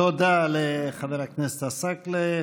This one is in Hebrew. תודה לחבר הכנסת עסאקלה.